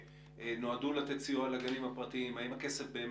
של התכנות של חוק המצלמות וחוק הפיקוח, אי בהירות